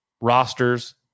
rosters